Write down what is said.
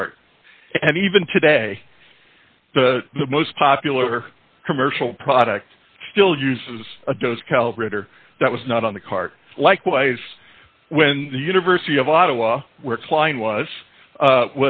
cart and even today the most popular commercial product still uses a dos calibrator that was not on the cart likewise when the university of ottawa where klein was